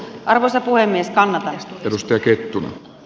arvoisa puhemies kalevi kivistö kirin